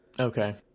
Okay